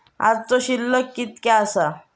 आजचो शिल्लक कीतक्या आसा?